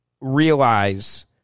realize